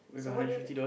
so what you have a